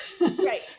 Right